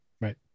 right